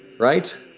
right?